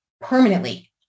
permanently